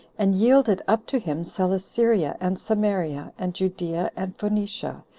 and yielded up to him celesyria, and samaria, and judea, and phoenicia,